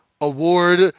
award